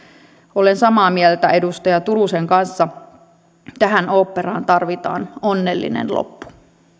olen samaa mieltä edustaja turusen kanssa tähän oopperaan tarvitaan onnellinen loppu